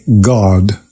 God